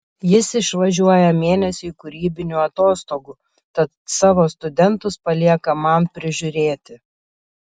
jis išvažiuoja mėnesiui kūrybinių atostogų tad savo studentus palieka man prižiūrėti